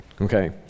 Okay